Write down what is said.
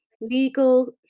legal